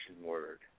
word